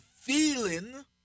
feeling